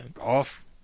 Off